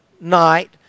night